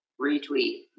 Retweet